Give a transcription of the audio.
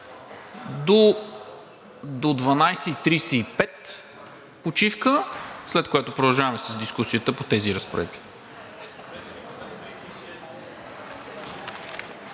До 12,35 ч. почивка, след което продължаваме с дискусията по тези разпоредби.